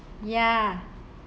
ya